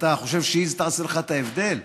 אתה חושב שהיא תעשה לך את ההבדל?